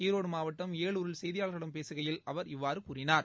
ஈரோடு மாவட்டம் ஏலூரில் செய்தியாளர்களிடம் பேசுகையில் அவர் இவ்வாறு கூறினார்